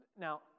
Now